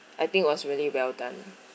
I think it was really well done